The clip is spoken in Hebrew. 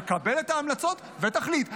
תקבל את ההמלצות ותחליט.